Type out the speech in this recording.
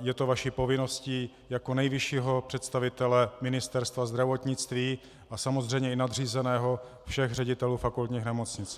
je to vaší povinností jako nejvyššího představitele Ministerstva zdravotnictví a samozřejmě i nadřízeného všech ředitelů fakultních nemocnic.